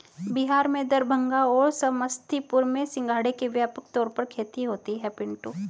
बिहार में दरभंगा और समस्तीपुर में सिंघाड़े की व्यापक तौर पर खेती होती है पिंटू